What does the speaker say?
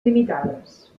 limitades